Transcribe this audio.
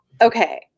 okay